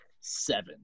seven